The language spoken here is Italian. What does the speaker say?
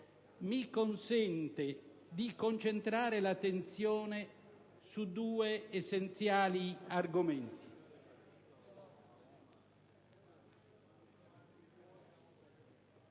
mi consente di concentrare l'attenzione su due essenziali argomenti: